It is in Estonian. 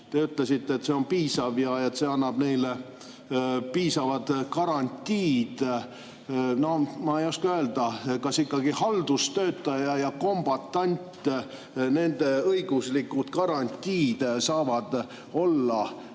Te ütlesite, et see on piisav ja see annab neile piisavad garantiid. No ma ei oska öelda, haldustöötaja ja kombatant –kas nende õiguslikud garantiid saavad olla